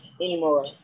anymore